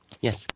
Yes